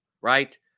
right